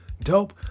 dope